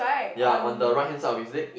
ya on the right hand side of his leg